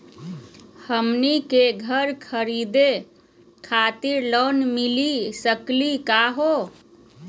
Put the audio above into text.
हमनी के घर खरीदै खातिर लोन मिली सकली का हो?